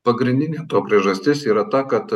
pagrindinė to priežastis yra ta kad